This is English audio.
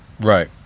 Right